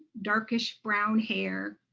darkish, brown hair.